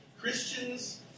Christians